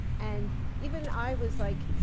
and even i was like,